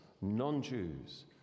non-Jews